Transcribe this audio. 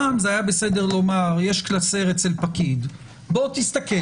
פעם אפשר היה להגיד: יש קלסר אצל פקיד, בוא תסתכל.